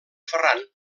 ferran